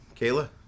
kayla